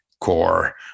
core